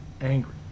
angry